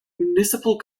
municipal